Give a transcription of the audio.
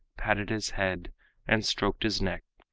patted his head and stroked his neck,